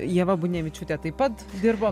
ieva buinevičiūtė taip pat dirbo